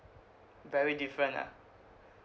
very different ah